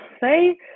say